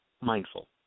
mindful